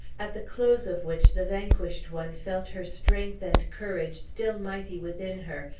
at the close of which the vanquished one felt her strength and courage still mighty within her,